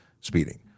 speeding